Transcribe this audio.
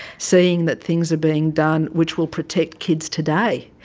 seeing that things are being done which will protect kids today.